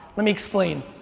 let me explain.